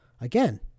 again